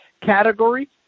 category